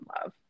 love